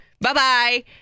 Bye-bye